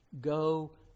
Go